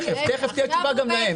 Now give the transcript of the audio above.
תכף תהיה תשובה גם להן.